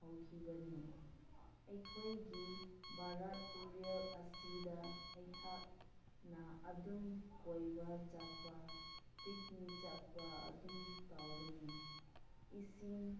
ꯍꯧꯈꯤꯕꯅꯤ ꯑꯩꯈꯣꯏꯒꯤ ꯕꯔꯥꯛ ꯇꯨꯔꯦꯜ ꯑꯁꯤꯗ ꯑꯩꯍꯥꯛꯅ ꯑꯗꯨꯝ ꯀꯣꯏꯕ ꯆꯠꯄ ꯄꯤꯛꯅꯤꯛ ꯆꯠꯄ ꯑꯗꯨꯝ ꯇꯧꯕꯅꯤ ꯏꯁꯤꯡ